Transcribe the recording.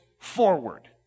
forward